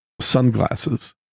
sunglasses